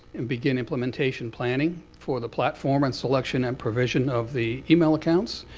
and begin implementation planning for the platform and selection and provision of the email accounts,